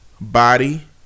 body